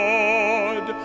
Lord